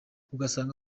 ugasanga